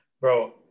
Bro